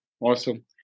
Awesome